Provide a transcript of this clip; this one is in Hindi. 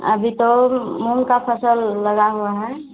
अभी तो मूँग की फ़सल लगी हुई है